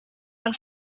yang